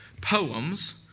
poems